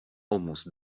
almost